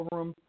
Room